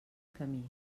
camí